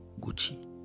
Gucci